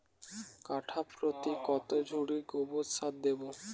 কাঠাপ্রতি কত ঝুড়ি গোবর সার দেবো?